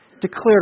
declared